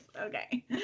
Okay